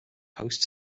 host